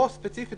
פה ספציפית,